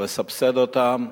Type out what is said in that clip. ולסבסד אותם.